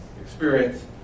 experience